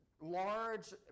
large